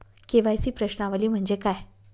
KYC प्रश्नावली म्हणजे काय?